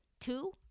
two